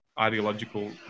ideological